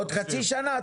בעוד חצי שנה?